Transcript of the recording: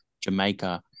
Jamaica